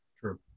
Sure